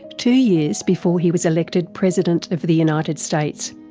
two years before he was elected president of the united states.